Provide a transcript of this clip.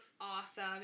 awesome